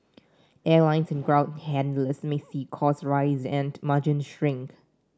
airlines and ground handlers may see costs rise and margins shrink